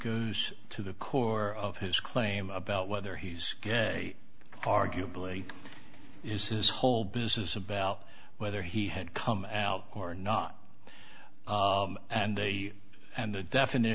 goes to the core of his claim about whether he's arguably is this whole business about whether he had come out or not and the and the definite